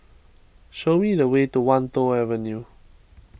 show me the way to Wan Tho Avenue